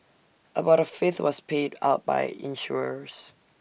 about A fifth was paid out by insurers